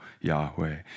Yahweh